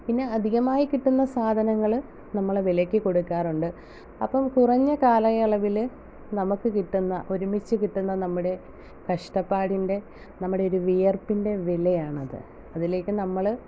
പിന്നെ അധികമായി കിട്ടുന്ന സാധനങ്ങൾ നമ്മൾ വിലക്ക് കൊടുക്കാറുണ്ട് അപ്പം കുറഞ്ഞ കാലയളവിൽ നമുക്ക് കിട്ടുന്ന ഒരുമിച്ച് കിട്ടുന്ന നമ്മുടെ കഷ്ടപ്പാടിൻറ്റെ നമ്മുടെ ഒരു വിയർപ്പിൻറ്റെ വിലയാണത് അതിലേക്ക് നമ്മൾ